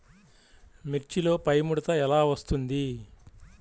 మిర్చిలో పైముడత ఎలా వస్తుంది?